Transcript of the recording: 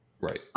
Right